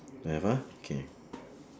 don't have ah okay